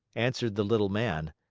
answered the little man,